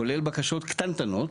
כולל בקשות קטנטנות,